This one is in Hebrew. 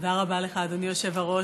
תודה רבה לך, אדוני היושב-ראש.